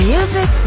Music